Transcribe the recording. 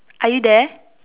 are you there